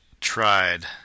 tried